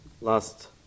Last